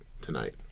tonight